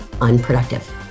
unproductive